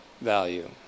value